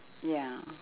ya